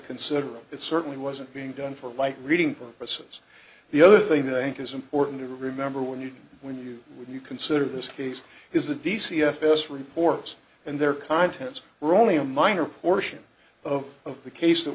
consider it certainly wasn't being done for light reading purposes the other thing that i think is important to remember when you when you when you consider this case is the d c if this report and their contents were only a minor portion of of the case that